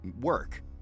work